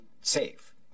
safe